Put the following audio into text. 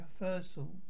Reversal